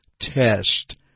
test